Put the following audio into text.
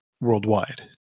worldwide